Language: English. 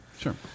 Sure